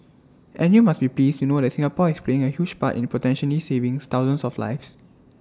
and you must be pleased to know that Singapore is playing A huge part in potentially savings thousands of lives